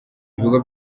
ibigo